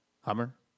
Hummer